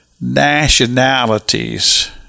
nationalities